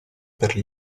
per